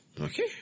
Okay